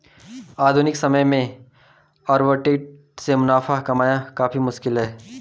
आधुनिक समय में आर्बिट्रेट से मुनाफा कमाना काफी मुश्किल है